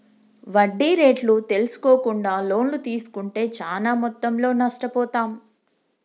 వడ్డీ రేట్లు తెల్సుకోకుండా లోన్లు తీస్కుంటే చానా మొత్తంలో నష్టపోతాం